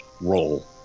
role